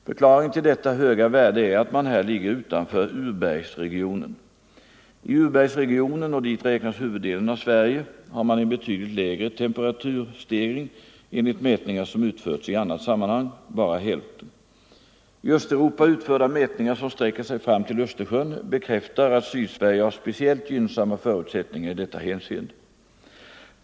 Förklaringen till detta höga värde är att man här ligger utanför urbergsregionen. I urbergsregionen, och dit räknas huvuddelen av Sverige, har man en betydligt lägre temperaturstegring, enligt mätningar som utförts i annat sammanhang, bara hälften. I Östeuropa utförda mätningar, som sträcker sig fram till Östersjön, bekräftar att Sydsverige har speciellt gynnsamma förutsättningar i detta hänseende.